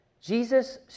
Jesus